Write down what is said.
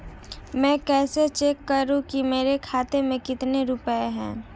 मैं कैसे चेक करूं कि मेरे खाते में कितने रुपए हैं?